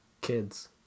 kids